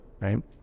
right